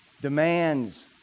demands